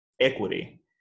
equity